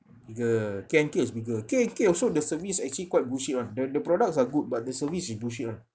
bigger K_N_K is bigger K_N_K also the service actually quite bullshit one the the products are good but the service is bullshit one